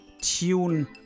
tune